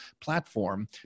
platform